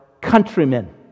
countrymen